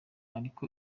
ariko